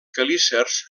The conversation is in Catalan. quelícers